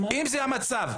אם זה המצב,